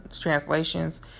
translations